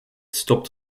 stopt